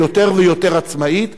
ליותר ויותר עצמאית,